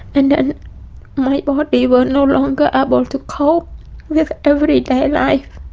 and then my body will no longer able to cope with everyday life,